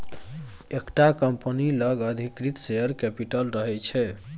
एकटा कंपनी लग अधिकृत शेयर कैपिटल रहय छै